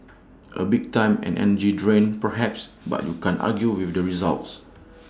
A bit time and energy draining perhaps but you can't argue with the results